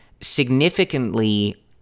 significantly